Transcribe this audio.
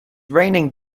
raining